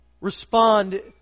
respond